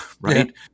right